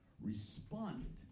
responded